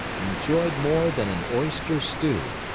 enjoyed more than an oyster stew,